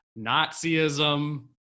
Nazism